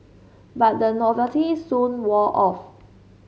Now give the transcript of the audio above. but the novelty soon wore off